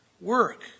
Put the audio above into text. work